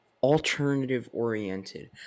alternative-oriented